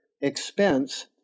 expense